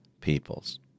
peoples